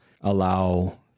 allow